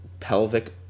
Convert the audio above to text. pelvic